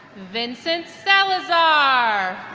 vincent salazar